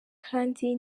kandi